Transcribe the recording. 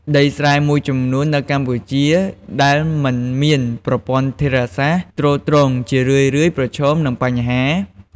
ដីស្រែមួយចំនួននៅកម្ពុជា ដែលមិនមានប្រព័ន្ធធារាសាស្ត្រទ្រទ្រង់ ជារឿយៗប្រឈមនឹងបញ្ហា៖